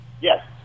Yes